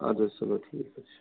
اَدٕ حظ چلو ٹھیٖک حظ چھُ